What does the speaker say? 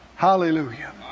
Hallelujah